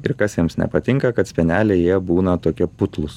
ir kas jiems nepatinka kad speneliai jie būna tokie putlūs